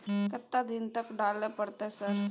केतना दिन तक डालय परतै सर?